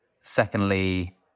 secondly